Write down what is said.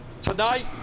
tonight